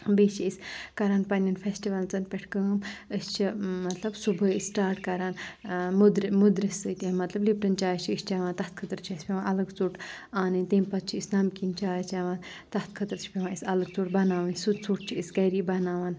بیٚیہِ چھِ أسۍ کَران پَنٕنٮ۪ن فیسٹِوَلزَن پٮ۪ٹھ کٲم أسۍ چھِ مطلب صُبحٲے سِٹاٹ کَران مٔدرِ مٔدرِ سۭتۍ مطلب لِپٹَن چاے چھِ أسۍ چٮ۪وان تَتھ خٲطرٕ چھِ اَسہِ پٮ۪وان اَلَگ ژوٚٹ اَنٕنۍ تَمہِ پَتہٕ چھِ أسۍ نَمکیٖن چاے چٮ۪وان تَتھ خٲطرٕ چھِ پٮ۪وان اَسہِ الگ ژوٚٹ بَناوٕنۍ سُہ ژوٚٹ چھِ أسۍ گَری بَناوان